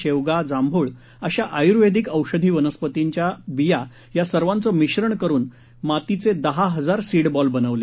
शेवगा जांभुळ अशा आयुर्वेदीक औषधी वनस्पतीच्या बिया या सर्वांचं मिश्रण करुन मातीचे दहा हजार सीड बॉल बनवले